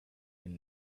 and